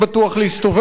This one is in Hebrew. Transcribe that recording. מצוקה אמיתית.